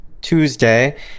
Tuesday